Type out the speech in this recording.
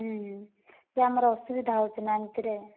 ଯେ ଆମର ଅସୁବିଧା ହେଉଛି ନାଁ ଏମିତି ରେ